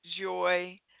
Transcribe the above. joy